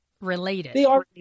Related